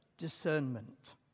discernment